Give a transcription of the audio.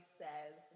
says